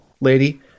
lady